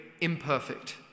imperfect